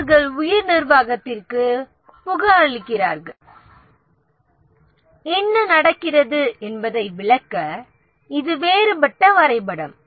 அவர்கள் உயர் நிர்வாகத்திற்கு புகாரளிக்கின்றனர் என்ன நடக்கிறது என்பதை விளக்க இது வேறுபட்ட வரைபடம்